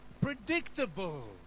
Predictable